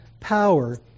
power